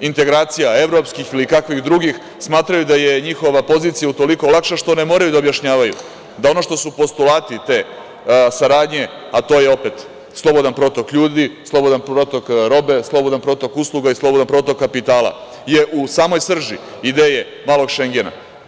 integracija, evropskih, ili kakvih drugih, smatraju da je njihova pozicija utoliko lakša što ne moraju da objašnjavaju da ono što su postulati te saradnje, a to je opet slobodan protok ljudi, slobodan protok robe, slobodan protok usluga i slobodan protok kapitala, je u samoj srži ideje „malog Šengena“